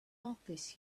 office